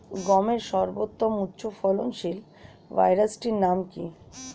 গমের সর্বোত্তম উচ্চফলনশীল ভ্যারাইটি নাম কি?